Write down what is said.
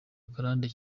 akarande